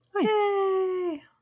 Yay